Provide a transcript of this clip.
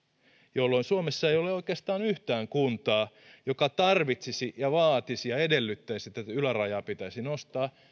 jolloin suomessa ei ole oikeastaan yhtään kuntaa joka tarvitsisi ja vaatisi ja edellyttäisi että tätä ylärajaa pitäisi nostaa